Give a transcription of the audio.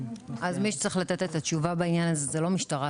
אז מי שצריך לתת את התשובה בעניין הזה זה לא משטרה,